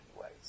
ways